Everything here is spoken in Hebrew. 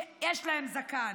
שיש להם זקן.